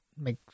make